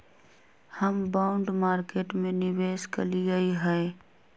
हम bond market में निवेश कलियइ ह